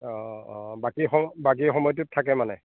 অঁ অঁ বাকী সম বাকী সময়টোত থাকে মানে